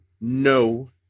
No